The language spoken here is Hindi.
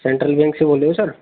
सेंट्रल बैंक से बोल रहे हो सर